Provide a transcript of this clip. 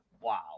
Wow